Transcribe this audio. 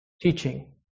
teaching